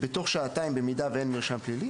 ובתוך שעתיים במידה ואין מרשם פלילי